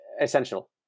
essential